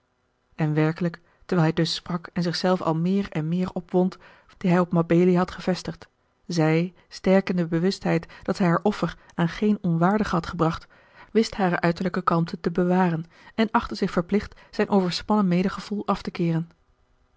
en werkelijk terwijl hij dus sprak en zich zelf al meer en meer opwond vloeiden heldere droppelen neêr uit de groote sprekende oogen die hij op mabelia had gevestigd zij sterk in de bewustheid dat zij haar offer aan geen onwaardige had gebracht wist hare uiterlijke kalmte te bewaren en achtte zich verplicht zijn overspannen medegevoel af te keeren